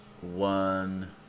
one